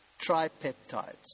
tripeptides